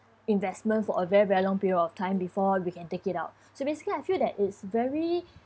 investment for a very very long period of time before we can take it out so basically I feel that it's very